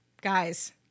Guys